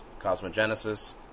cosmogenesis